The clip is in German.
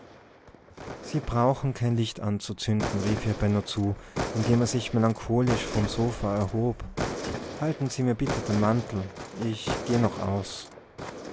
sie brauchen kein licht anzuzünden rief ihr benno zu indem er sich melancholisch vom sofa erhob halten sie mir bitte den mantel ich geh noch aus